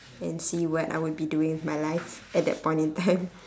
and see what I would be doing with my life at that point in time